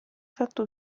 fatto